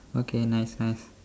okay nice nice